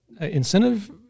incentive